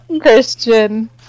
Christian